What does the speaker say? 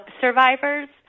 survivors